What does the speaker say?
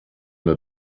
der